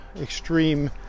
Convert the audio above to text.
extreme